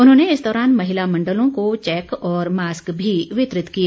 उन्होंने इस दौरान महिला मंडलों को चैक और मास्क भी वितरित किए